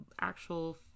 actual